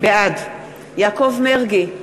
בעד יעקב מרגי,